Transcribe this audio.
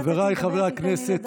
חבריי חברי הכנסת,